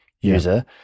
user